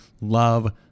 love